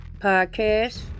podcast